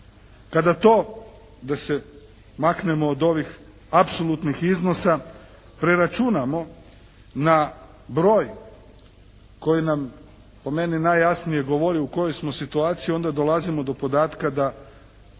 Kada to da se maknemo od ovih apsolutnih iznosa preračunamo na broj koji nam po meni najjasnije govori u kojoj smo situaciji onda dolazimo do podatka da